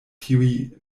tiuj